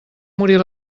morir